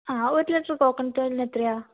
ആ ഒര് litre coconut ഓയിലിന് എത്രയാണ്